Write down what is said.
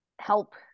help